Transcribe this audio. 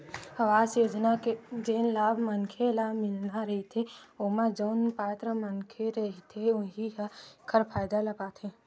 अवास योजना के जेन लाभ मनखे ल मिलना रहिथे ओमा जउन पात्र मनखे रहिथे उहीं ह एखर फायदा ल पाथे